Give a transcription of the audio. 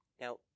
Now